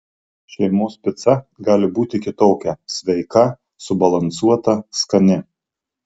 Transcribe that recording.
šeimos pica gali būti kitokia sveika subalansuota skani